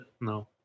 no